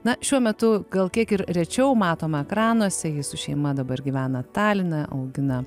na šiuo metu gal kiek ir rečiau matoma ekranuose ji su šeima dabar gyvena taline augina